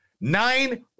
Nine